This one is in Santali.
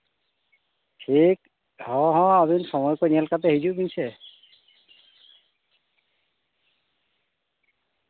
ᱴᱷᱤᱠ ᱦᱚᱸ ᱦᱚᱸ ᱟᱹᱵᱤᱱ ᱥᱚᱢᱚᱭ ᱠᱚ ᱧᱮᱞ ᱠᱟᱛᱮᱫ ᱦᱤᱡᱩᱜ ᱵᱤᱱ ᱥᱮ